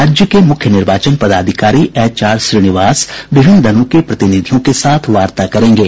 राज्य के मुख्य निर्वाचन पदाधिकारी एचआर श्रीनिवास विभिन्न दलों के प्रतिनिधियों के साथ वार्ता करेंगे